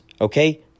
Okay